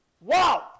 wow